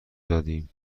دادیم